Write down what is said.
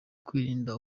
kwirinda